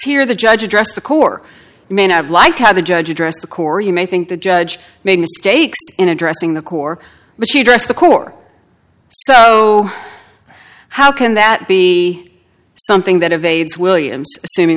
here the judge address the core may not like how the judge address the core you may think the judge made mistakes in addressing the core but she dressed the core so how can that be something that evades williams assuming